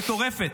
מטורפת,